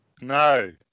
No